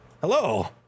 hello